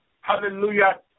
Hallelujah